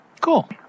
Cool